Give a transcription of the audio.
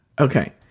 okay